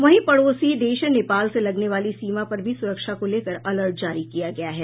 वहीं पड़ोसी देश नेपाल से लगने वाली सीमा पर भी सुरक्षा को लेकर अलर्ट जारी किया गया है